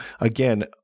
again